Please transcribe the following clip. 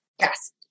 Yes